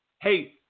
Hey